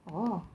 orh